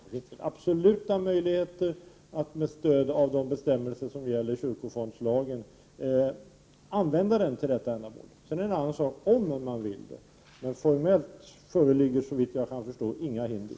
Det finns absolut möjligheter att med stöd av de bestämmelser som gäller i kyrkofondslagen använda fonden till detta ändamål. Sedan är det en annan sak om man vill göra det, men formellt föreligger såvitt jag kan förstå inga hinder.